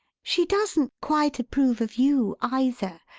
she doesn't quite approve of you, either.